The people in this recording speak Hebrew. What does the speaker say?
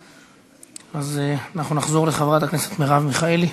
חבר הכנסת מרגלית,